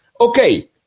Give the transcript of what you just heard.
okay